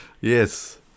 Yes